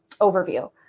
overview